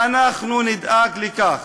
ואנחנו נדאג לכך.